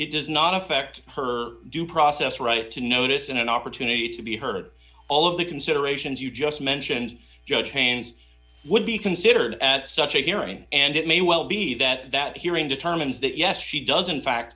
it does not affect her due process right to notice and an opportunity to be heard all of the considerations you just mentioned judge would be considered at such a hearing and it may well be that that hearing determines that yes she doesn't fact